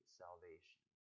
salvation